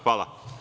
Hvala.